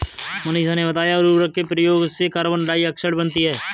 मनीषा ने बताया उर्वरक के प्रयोग से कार्बन डाइऑक्साइड बनती है